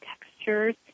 textures